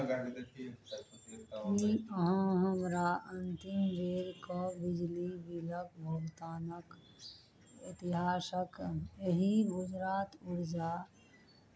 की अहाँ हमरा अंतिम बेरके बिजली बिलक भुगतानक इतिहासक एहि गुजरात ऊर्जा